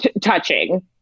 touching